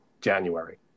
January